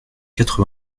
quatre